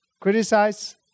Criticize